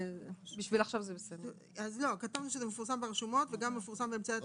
כבר כתבנו שזה מפורסם ברשומות ובאמצעי התקשורת של הציבור הנוגע בדבר.